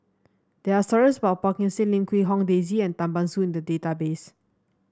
there are stories about Phua Kin Siang Lim Quee Hong Daisy and Tan Ban Soon in the database